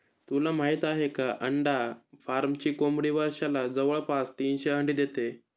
तुला माहित आहे का? अंडा फार्मची कोंबडी वर्षाला जवळपास तीनशे अंडी देते